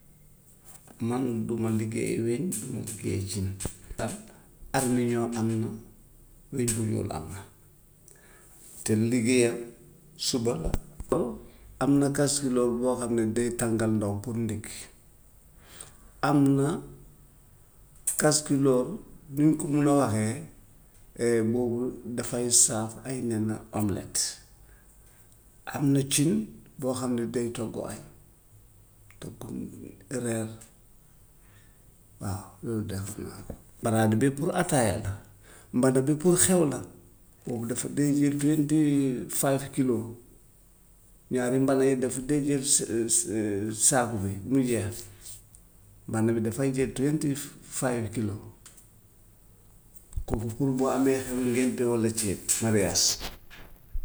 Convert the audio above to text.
man moom du ma liggéeyee weñ, du ma liggéeyee cin, te armiñoo am na, weñ bu ñuul am na, te liggéeyam suba la ba. Am na kastiloor boo xam ne day tàngal ndox pour nékki, am na kastiloor nu ma ko mun a waxee boobu dafay saaf ay nen ak omelette. am na cin boo xam ne day togg añ, togg reer, waaw loolu de xam naa ko. Baraada bii pour ataaya la, mbana bi pour xew la, boobu dafa duy lii duy duy lii five kilos, ñaari mbana yi dafa day jël sa- sa- saako bi ba mu jeex. Mbana bi dafay jël twenty five kilos kooku pour boo amee xew ngénte walla céet mariyaas.